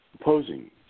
opposing